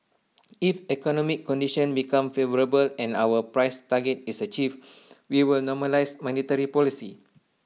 if economic conditions become favourable and our price target is achieved we will normalise monetary policy